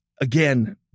again